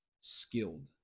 skilled